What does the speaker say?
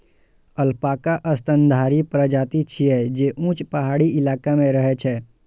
alpaca स्तनधारी प्रजाति छियै, जे ऊंच पहाड़ी इलाका मे रहै छै